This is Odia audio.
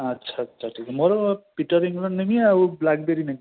ଆଚ୍ଛା ଆଚ୍ଛା ଠିକ୍ଅଛି ମୋର ପୀଟର୍ ଇଂଲଣ୍ଡ ନେମି ଆଉ ବ୍ଲାକ୍ବେରୀ ନେମି